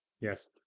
Yes